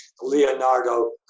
Leonardo